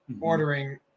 ordering